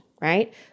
right